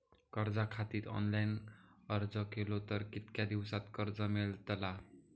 कर्जा खातीत ऑनलाईन अर्ज केलो तर कितक्या दिवसात कर्ज मेलतला?